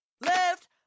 left